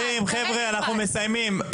אנחנו מסיימים.